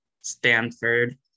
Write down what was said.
Stanford